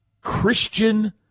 Christian –